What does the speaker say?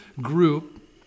group